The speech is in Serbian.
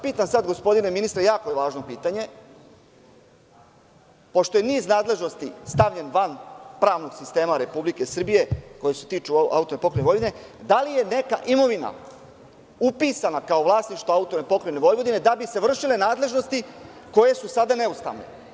Pitam vas sada, gospodine ministre, jako je važno pitanje, pošto je niz nadležnosti stavljen van pravnog sistema Republike Srbije, koja se tiču AP Vojvodine, da li je neka imovina upisana kao vlasništvo AP Vojvodine da bi se vršile nadležnosti koje su sada neustavne?